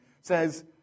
says